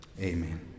Amen